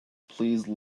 please